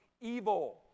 evil